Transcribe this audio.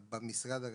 שגם ככה היא לא מוכרת,